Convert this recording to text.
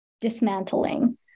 dismantling